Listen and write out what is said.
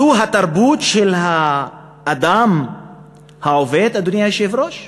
זו התרבות של האדם העובד, אדוני היושב-ראש?